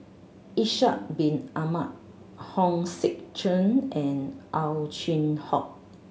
Ishak Bin Ahmad Hong Sek Chern and Ow Chin Hock